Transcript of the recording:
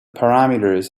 parameters